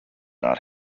not